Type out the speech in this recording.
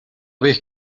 vez